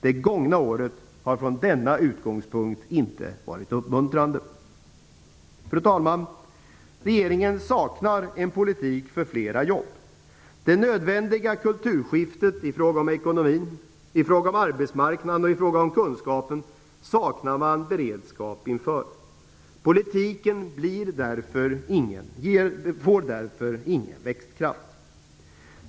Det gångna året har från denna utgångspunkt inte varit uppmuntrande. Fru talman! Regeringen saknar en politik för flera jobb. Det nödvändiga kulturskiftet i fråga om ekonomin, i fråga om arbetsmarknaden och i fråga om kunskapen saknar man beredskap inför. Politiken får därför ingen växtkraft.